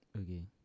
Okay